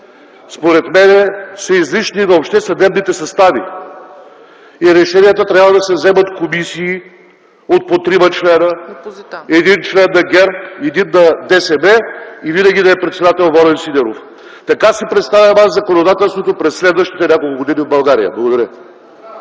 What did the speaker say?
текстовете са излишни въобще на съдебните състави и решенията трябва да се вземат от комисии от по 3 членове: един член на ГЕРБ, един - на ДСБ, и винаги председател да е Волен Сидеров. Така си представям аз законодателството през следващите няколко години в България. Благодаря.